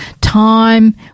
time